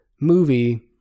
movie